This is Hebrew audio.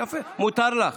מותר לך.